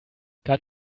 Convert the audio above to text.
kann